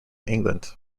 england